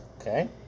Okay